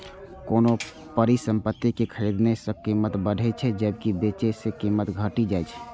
कोनो परिसंपत्ति कें खरीदने सं कीमत बढ़ै छै, जबकि बेचै सं कीमत घटि जाइ छै